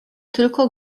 tylko